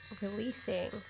releasing